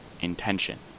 intention